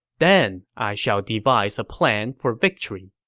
then i shall devise a plan for victory.